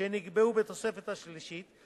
שנקבעו בתוספת השלישית,